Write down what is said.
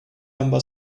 number